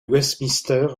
westminster